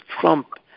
Trump